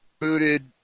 booted